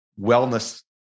wellness